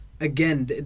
again